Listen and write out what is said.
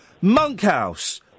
Monkhouse